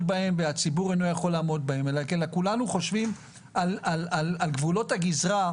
בהם והציבור אינו יכול לעמוד בהם אלא כולנו חושבים על גבולות הגזרה,